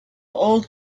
old